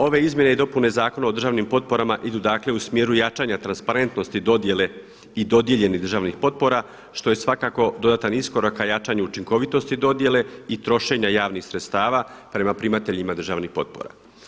Ove izmjene i dopune Zakona o državnim potporama idu u smjeru jačanja transparentnosti dodjele i dodijeljenih državnih potpora što je svakako dodatan iskorak k jačanju učinkovitosti dodjele i trošenje javnih sredstava prema primateljima državnih potpora.